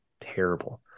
terrible